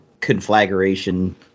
conflagration